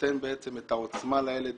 נותן בעצם את העוצמה לילד.